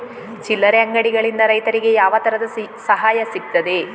ಚಿಲ್ಲರೆ ಅಂಗಡಿಗಳಿಂದ ರೈತರಿಗೆ ಯಾವ ತರದ ಸಹಾಯ ಸಿಗ್ತದೆ?